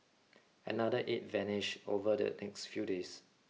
another eight vanished over the next few days